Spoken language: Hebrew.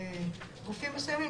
בגופים מסוימים,